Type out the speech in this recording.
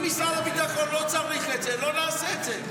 אם משרד הביטחון לא צריך את זה, לא נעשה את זה.